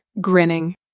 grinning